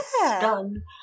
done